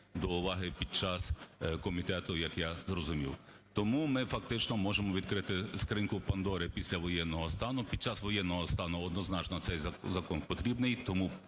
до уваги під час комітету, як я зрозумів. Тому ми фактично можемо відкрити скриньку Пандори після воєнного стану. Під час воєнного стану однозначно цей закон потрібний. Тому